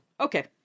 Okay